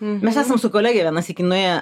mes esam su kolege vieną sykį nuėję